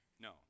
No